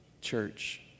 church